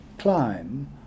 Climb